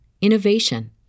innovation